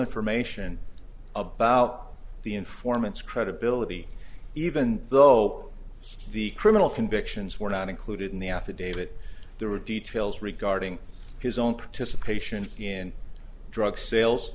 information about the informants credibility even though the criminal convictions were not included in the affidavit there were details regarding his own practice a patient in drug sales